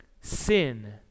Sin